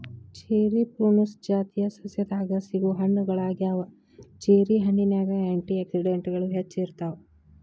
cherry Prunus ಜಾತಿಯ ಸಸ್ಯದಾಗ ಸಿಗೋ ಹಣ್ಣುಗಳಗ್ಯಾವ, ಚೆರಿ ಹಣ್ಣಿನ್ಯಾಗ ಆ್ಯಂಟಿ ಆಕ್ಸಿಡೆಂಟ್ಗಳು ಹೆಚ್ಚ ಇರ್ತಾವ